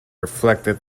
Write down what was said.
reflected